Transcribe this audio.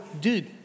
Dude